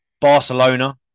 Barcelona